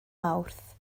mawrth